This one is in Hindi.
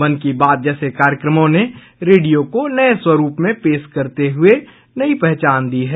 मन की बात जैसे कार्यक्रमों ने रेडियो को नये स्वरूप में पेश करते हुए नयी पहचान दी है